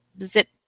zip